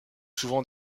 souvent